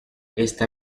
esta